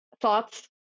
Thoughts